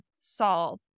solve